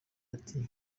ati